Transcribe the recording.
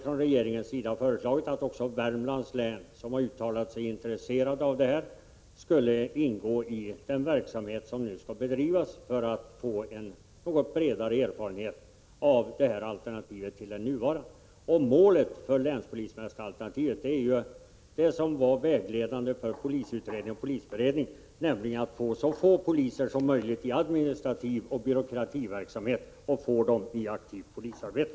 Regeringen har föreslagit att också Värmlands län, där man uttalat intresse för frågan, skulle ingå i den verksamhet som nu skall bedrivas för att få en något bredare erfarenhet av detta alternativ till den nuvarande ordningen. Målet för länspolismästaralternativet är vad som var vägledande för polisutredningen och polisberedningen, nämligen att få så få poliser som möjligt i administrativ och byråkratisk verksamhet och i stället få ut dem i aktivt polisarbete.